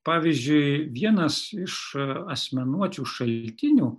pavyzdžiui vienas iš asmenuočių šaltinių